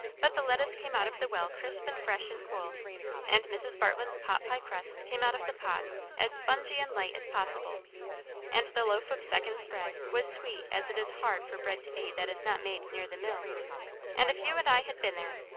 but the lettuce came out of the well crisp and fresh and cool and mrs. bartlett's pot-pie crust came out of the pot as spongy and light as possible and the loaf of seconds bread was sweet as it is hard for bread to be that is not made near the mill and if you and i had been there,